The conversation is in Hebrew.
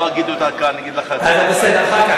לא אגיד אותה כאן, אגיד לך, בסדר, אחר כך.